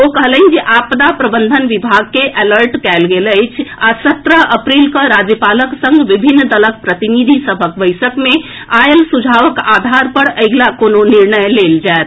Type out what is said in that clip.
ओ कहलनि जे आपदा प्रबंधन विभाग के अलर्ट कएल गेल अछि आ सत्रह अप्रील कऽ राज्यपालक संग विभिन्न दलक प्रतिनिधि सभक बैसक मे आएल सुझावक आधार पर अगिला कोनो निर्णय लेल जाएत